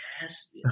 yes